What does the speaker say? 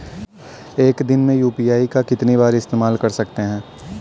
एक दिन में यू.पी.आई का कितनी बार इस्तेमाल कर सकते हैं?